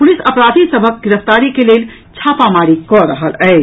police अपराधी सभक गिरफ्तारी के लेल छापामारी कऽ रहल अछि